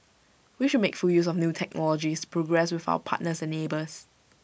we should make full use of new technologies progress with our partners and neighbours